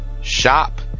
Shop